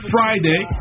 Friday